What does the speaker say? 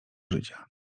życia